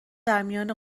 درمیان